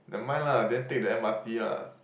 never mind lah then take the M_R_T lah